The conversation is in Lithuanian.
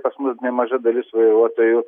pas mus nemaža dalis vairuotojų